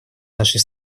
нашей